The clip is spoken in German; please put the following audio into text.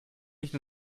nicht